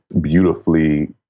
beautifully